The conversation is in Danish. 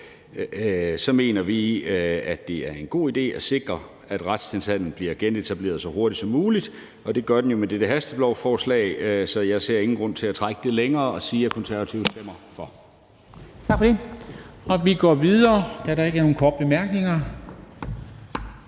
så mener vi, at det er en god idé at sikre, at retstilstanden bliver genetableret så hurtigt som muligt. Og det gør den jo med dette hastelovforslag. Så jeg ser ingen grund til at trække det længere end ved at sige, at Konservative stemmer for. Kl. 13:23 Formanden (Henrik Dam Kristensen): Tak for det. Og da der ikke er nogen korte bemærkninger,